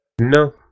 No